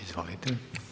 Izvolite.